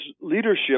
leadership